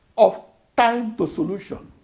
of time-to-solution.